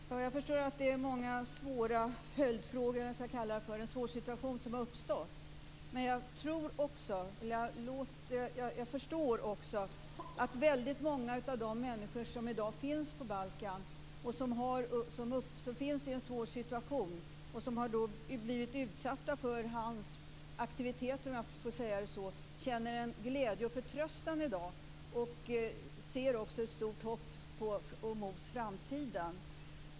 Fru talman! Jag förstår att det finns många svåra frågor och att det är en svår situation som har uppstått. Men jag förstår också att väldigt många av de människor som i dag finns på Balkan, som befinner sig i en svår situation och som har blivit utsatta för Milosevics aktiviteter, om jag får säga så, känner en glädje och förtröstan i dag. De ser med stort hopp mot framtiden.